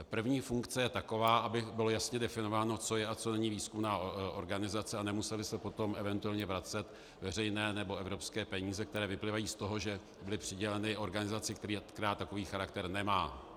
První funkce je taková, aby bylo jasně definováno, co je a co není výzkumná organizace, a nemusely se potom eventuálně vracet veřejné nebo evropské peníze, které vyplývají z toho, že byly přiděleny organizaci, která takový charakter nemá.